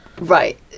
Right